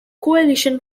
coalition